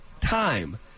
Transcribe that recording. time